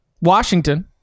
Washington